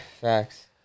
facts